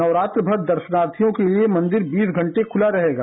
नवरात्रि मर दर्शनार्थियों के लिये मंदिर बीस घंटे खुला रहेगा